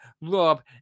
Rob